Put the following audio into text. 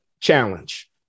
challenge